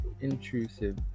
intrusive